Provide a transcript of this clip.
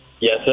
Yes